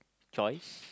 chores